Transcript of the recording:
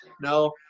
no